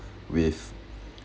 with